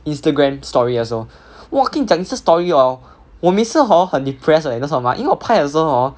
Instagram story 的时候 !wah! 跟你讲 insta story hor 我每次 hor 很 depress 的 leh 你懂为什么 mah 因为我拍了的时候 hor